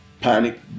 panic